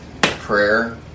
prayer